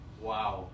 Wow